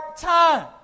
time